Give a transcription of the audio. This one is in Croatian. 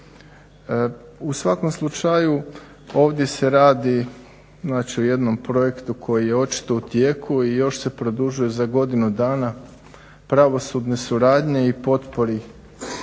U svakom slučaju ovdje se radi, znači o jednom projektu koji je očito u tijeku i još se produžuje za godinu dana pravosudne suradnje i potpori